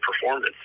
performance